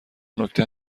نکته